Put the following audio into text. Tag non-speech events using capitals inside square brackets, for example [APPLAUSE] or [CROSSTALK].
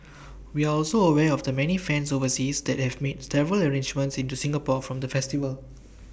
we are also aware of the many fans overseas that have made [UNINTELLIGIBLE] arrangements into Singapore for the festival